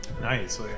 Nice